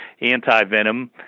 anti-venom